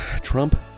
Trump